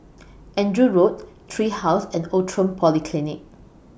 Andrew Road Tree House and Outram Polyclinic